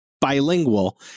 bilingual